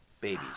babies